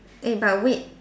eh but wait